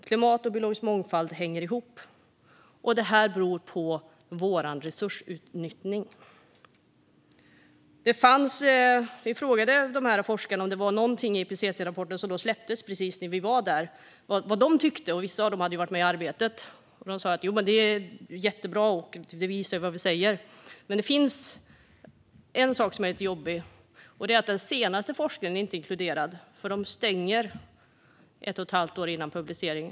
Klimat och biologisk mångfald hänger ihop, och detta beror på vårt resursutnyttjande. Vi frågade dessa forskare vad de tyckte om IPCC-rapporten, som släpptes när vi var där. Vissa av dem hade varit med i arbetet. De sa: Jo, men det är jättebra, och det visar vad vi säger. Men det finns en sak som är lite jobbig, och det är att den senaste forskningen inte är inkluderad. De stänger alltså för detta ett och ett halvt år före publicering.